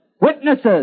Witnesses